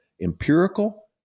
empirical